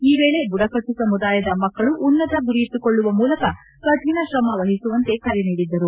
ಈ ವೇಳಿ ಬುಡಕಟ್ನು ಸಮುದಾಯದ ಮಕ್ಕಳು ಉನ್ನತ ಗುರಿಯಿಟ್ನುಕೊಳ್ಳುವ ಮೂಲಕ ಕಠಿಣ ಶ್ರಮವಹಿಸುವಂತೆ ಕರೆ ನೀಡಿದ್ದರು